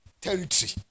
territory